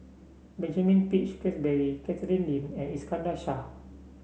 Benjamin Peach Keasberry Catherine Lim and Iskandar Shah